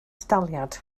daliad